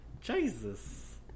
Jesus